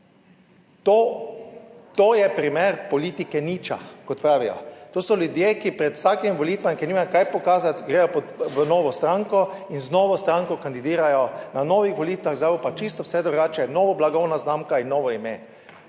to je primer politike niča, kot pravijo. To so ljudje, ki pred vsakimi volitvami, ki nimajo kaj pokazati, gredo v novo stranko in z novo stranko kandidirajo na novih volitvah zdaj bo pa čisto vse drugače, nova blagovna znamka in novo ime.